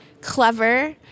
clever